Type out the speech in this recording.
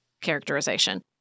characterization